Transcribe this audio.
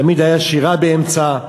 תמיד הייתה שירה באמצע,